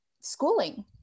schooling